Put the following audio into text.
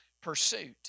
pursuit